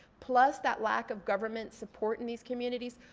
plus that lack of government support in these communities,